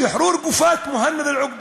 שחרור גופת מוהנד אל-עוקבי.